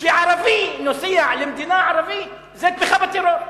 כשערבי נוסע למדינה ערבית, זו תמיכה בטרור.